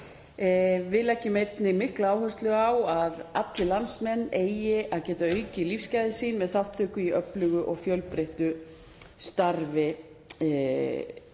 Við leggjum einnig mikla áherslu á að allir landsmenn eigi að geta aukið lífsgæði sín með þátttöku í öflugu og fjölbreyttu starfi á þeim